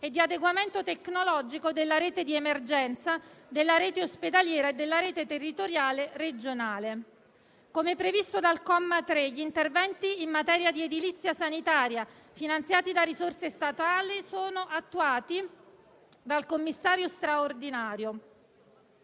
e di adeguamento tecnologico della rete di emergenza, della rete ospedaliera e della rete territoriale regionale. Come previsto dal comma 3, gli interventi in materia di edilizia sanitaria, finanziati da risorse statali, sono attuati dal commissario straordinario.